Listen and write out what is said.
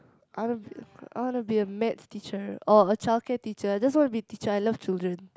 I wanna be I wanna be a math teacher or a childcare teacher just wanna be teacher I love children